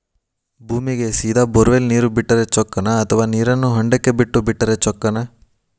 ಭೂಮಿಗೆ ಸೇದಾ ಬೊರ್ವೆಲ್ ನೇರು ಬಿಟ್ಟರೆ ಚೊಕ್ಕನ ಅಥವಾ ನೇರನ್ನು ಹೊಂಡಕ್ಕೆ ಬಿಟ್ಟು ಬಿಟ್ಟರೆ ಚೊಕ್ಕನ?